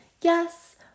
yes